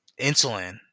insulin